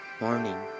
morning